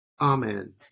Amen